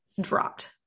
dropped